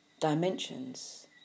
dimensions